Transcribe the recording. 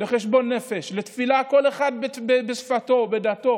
לחשבון נפש, לתפילה, כל אחד בשפתו, בדתו,